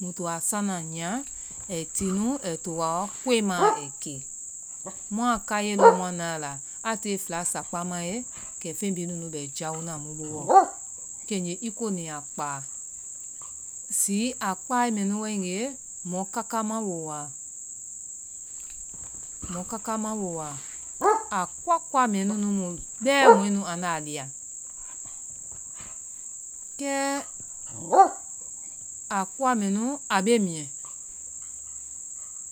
Mui to a sana nyia ai tinu ai toa ɔ koimaa ai ke, mua kaiyee lɔɔ, mua nae a la a tee fɛla, sakpa mae, kɛ feŋ bihi nunu bɛ jaona mu booɔ. Kɔgee i koni a kpaa. zi aa kpaae mɛ nu waegee, mɔ kaka ma wooa, mɔ kaka ma wooa, a kuwa kuwa kuwa mɛɛ nunu mu bɛɛ mɔɛ nu andaa liya. kɛ a kuwa mɛnu a bee miyɛ.